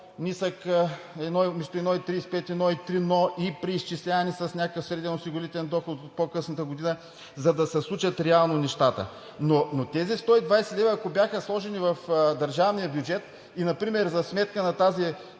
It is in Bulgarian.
по-нисък, вместо 1,35 – 1,3, но и преизчисляване с някакъв средноосигурителен доход в по-късната година, за да се случат реално нещата. Но тези 120 лв., ако бяха сложени в държавния бюджет и например за сметка на тази